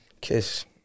Kiss